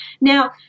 Now